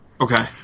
Okay